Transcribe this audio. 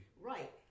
Right